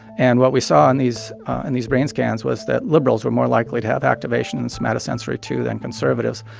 and what we saw in these and these brain scans was that liberals were more likely to have activation in the somatosensory two than conservatives.